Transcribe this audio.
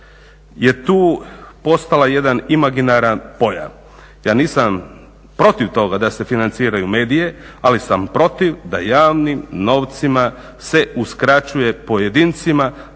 je tu postala jedan imaginaran pojam. Ja nisam protiv toga da se financiraju medije, ali sam protiv da javnim novcima se uskraćuje pojedincima